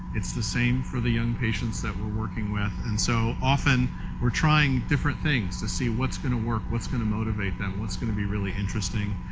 it's the same for the young patients that we're working with. and so often we're trying different things to see what's going to work, what's going to motivated them, what's going to be really interesting.